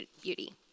beauty